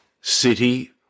city